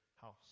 house